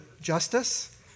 justice